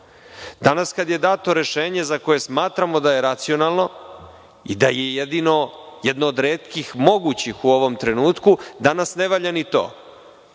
Danas kad je dato rešenje, za koje smatramo da je racionalno i da je jedino, jedno od retkih mogućih u ovom trenutku, danas ne valja ni to.